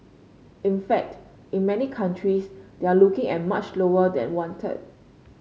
in fact in many countries they are looking at much lower than one third